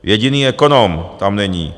Jediný ekonom tam není.